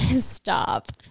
Stop